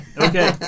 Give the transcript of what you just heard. Okay